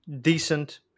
decent